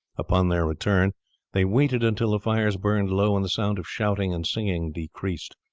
upon their return they waited until the fires burned low and the sound of shouting and singing decreased.